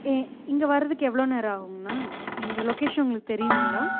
ஏ இங்கே வரதுக்கு எவ்வளோ நேரம் ஆகுங்கண்ணா இங்கே லொக்கேஷன் உங்களுக்கு தெரியுங்களா